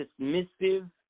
dismissive